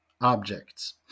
objects